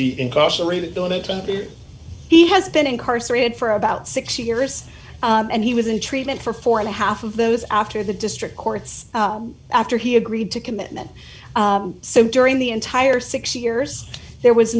attempted he has been incarcerated for about six years and he was in treatment for four and a half of those after the district courts after he agreed to commitment so during the entire six years there was